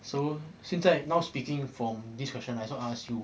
so 现在 now speaking from this question right I ask you